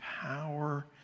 power